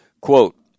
Quote